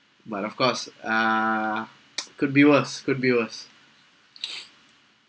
but of course uh could be worst could be worst